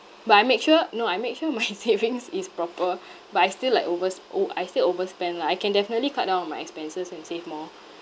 but I make sure no I make sure my savings is proper but I still like overs~ o~ I still overspend lah I can definitely cut down on my expenses and save more